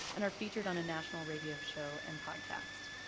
and are featured on a national radio show and podcast.